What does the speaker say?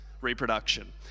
reproduction